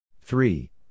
three